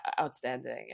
outstanding